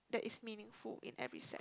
that is meaningful in every cent